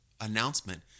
announcement